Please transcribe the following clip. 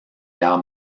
guerre